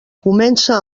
comença